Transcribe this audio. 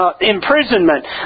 imprisonment